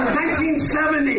1970